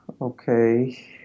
Okay